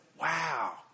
wow